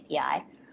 API